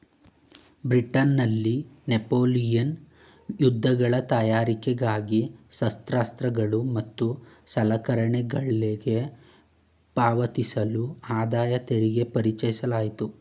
ಬ್ರಿಟನ್ನಲ್ಲಿ ನೆಪೋಲಿಯನ್ ಯುದ್ಧಗಳ ತಯಾರಿಗಾಗಿ ಶಸ್ತ್ರಾಸ್ತ್ರಗಳು ಮತ್ತು ಸಲಕರಣೆಗಳ್ಗೆ ಪಾವತಿಸಲು ಆದಾಯತೆರಿಗೆ ಪರಿಚಯಿಸಲಾಯಿತು